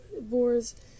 boars